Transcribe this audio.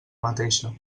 mateixa